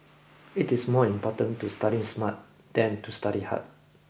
it is more important to studying smart than to study hard